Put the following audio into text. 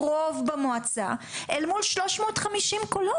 רשימה עם 101 קבלה מנדט